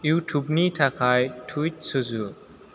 इउटुबनि थाखाय टुइट सुजु